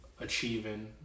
Achieving